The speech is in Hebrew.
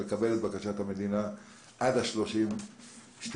לקבל את בקשת המדינה עד ל-30 באפריל.